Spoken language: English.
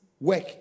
work